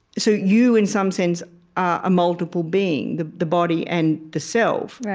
so you, in some sense, are a multiple being, the the body and the self.